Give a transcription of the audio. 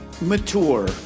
mature